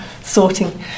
sorting